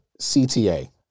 CTA